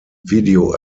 video